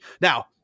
now